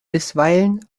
bisweilen